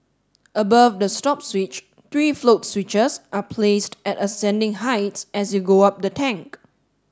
above the stop switch three float switches are placed at ascending heights as you go up the tank